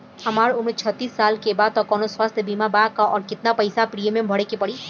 हमार उम्र छत्तिस साल बा त कौनों स्वास्थ्य बीमा बा का आ केतना पईसा प्रीमियम भरे के पड़ी?